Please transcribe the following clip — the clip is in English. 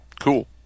Cool